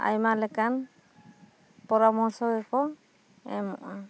ᱟᱭᱢᱟ ᱞᱮᱠᱟᱱ ᱯᱚᱨᱟᱢᱚᱨᱥᱚ ᱜᱮᱠᱚ ᱮᱢᱚᱜ ᱟ